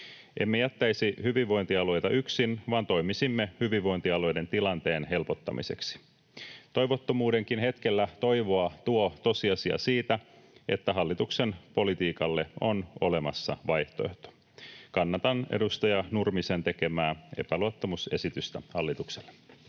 Emme jättäisi hyvinvointialueita yksin, vaan toimisimme hyvinvointialueiden tilanteen helpottamiseksi. Toivottomuudenkin hetkellä toivoa tuo tosiasia siitä, että hallituksen politiikalle on olemassa vaihtoehto. Kannatan edustaja Nurmisen tekemää epäluottamusesitystä hallitukselle.